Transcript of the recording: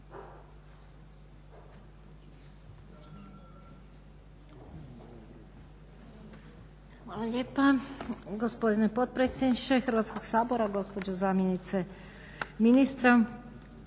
Hvala lijepa gospodine potpredsjedniče Hrvatskog sabora, gospođo zamjenice ministra.